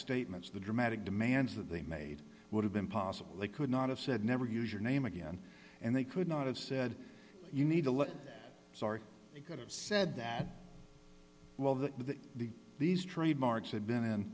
statements the dramatic demands that they made would have been possible they could not have said never use your name again and they could not have said you need to look sorry you could have said that well the the these trademarks had been in